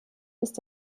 ist